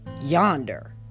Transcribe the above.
yonder